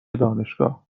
دانشگاه